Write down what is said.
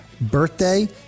birthday